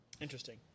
Interesting